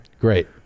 Great